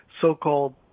so-called